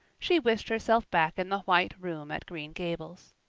she wished herself back in the white room at green gables.